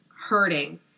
hurting